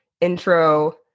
intro